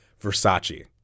Versace